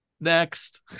next